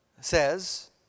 says